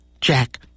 Jack